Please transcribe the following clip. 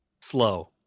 slow